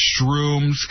shrooms